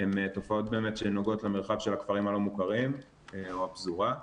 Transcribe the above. הן תופעות באמת שנוגעות למרחב של הכפרים הלא מוכרים או הפזורה,